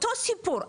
אותו סיפור,